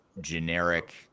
generic